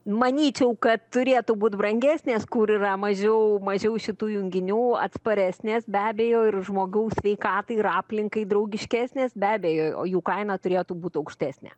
manyčiau kad turėtų būt brangesnės kur yra mažiau mažiau šitų junginių atsparesnės be abejo ir žmogaus sveikatai ir aplinkai draugiškesnės be abejo o jų kaina turėtų būt aukštesnė